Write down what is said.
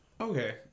Okay